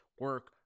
Work